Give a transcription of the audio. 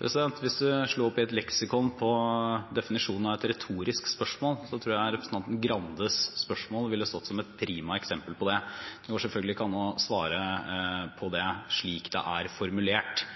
Hvis man slår opp i et leksikon på definisjonen av et retorisk spørsmål, tror jeg representanten Grandes spørsmål ville stått som et prima eksempel på det. Det går selvfølgelig ikke an å svare på det slik det er formulert.